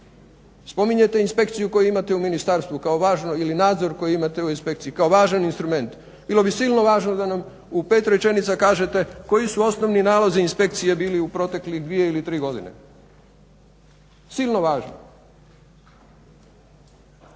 Spominjete inspekciju koju imate u ministarstvu kao važno ili nadzor koji imate u inspekciji kao važan instrument, bilo bi silno važno da nam u 5 rečenica kažete koji su osnovni nalazi inspekcije bili u protekli 2 ili 3 godine. Silno važno.